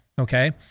okay